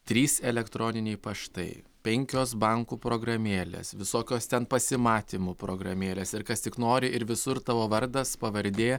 trys elektroniniai paštai penkios bankų programėlės visokios ten pasimatymų programėlės ir kas tik nori ir visur tavo vardas pavardė